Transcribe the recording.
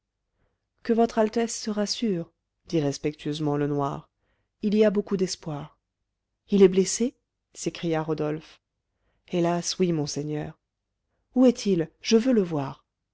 que votre altesse se rassure dit respectueusement le noir il y a beaucoup d'espoir il est blessé s'écria rodolphe hélas oui monseigneur où est-il je veux le voir